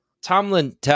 Tomlin